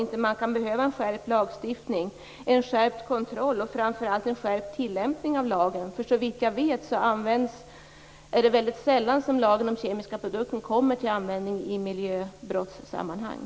Kan man inte behöva en skärpt lagstiftning, en skärpt kontroll och framför allt en skärpt tillämpning av lagen? Såvitt jag vet kommer lagen om kemiska produkter väldigt sällan till användning i miljöbrottssammanhang.